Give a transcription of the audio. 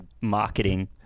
marketing